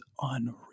unreal